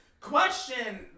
Question